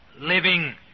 living